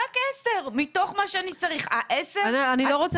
רק 10 מתוך מה שאני צריך אבל ה-10 האלה